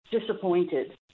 disappointed